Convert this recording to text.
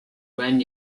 when